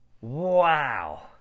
Wow